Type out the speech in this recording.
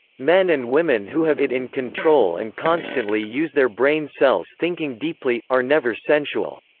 men and women who have it in control and constantly use their brain cells thinking deeply, are never sensual.